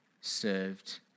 served